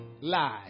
live